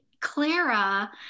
clara